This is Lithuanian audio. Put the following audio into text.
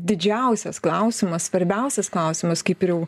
didžiausias klausimas svarbiausias klausimas kaip ir jau